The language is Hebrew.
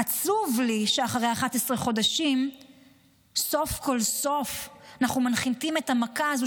עצוב לי שאחרי 11 חודשים סוף כל סוף אנחנו מנחיתים את המכה הזו,